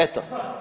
Eto.